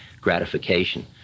gratification